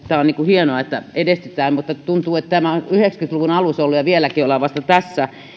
tämä on hienoa että edistytään mutta tuntuu että tämä on yhdeksänkymmentä luvun alussa jo ollut ja vieläkin ollaan vasta tässä